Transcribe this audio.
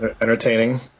Entertaining